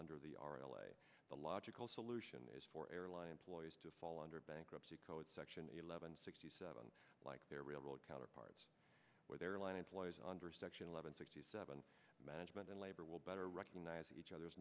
under the r l a the logical solution is for airline employees to fall under bankruptcy code section eleven sixty seven like their railroad counterparts with airline employees under section eleven sixty seven management and labor will better recognize each other's